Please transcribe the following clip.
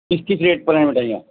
کس کس ریٹ پر ہیں مٹھائیاں